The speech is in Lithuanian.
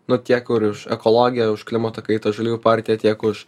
nu tie kur už ekologiją už klimato kaitą žaliųjų partija tiek už